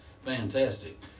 fantastic